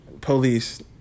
police